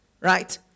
right